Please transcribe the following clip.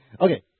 Okay